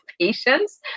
patience